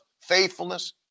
faithfulness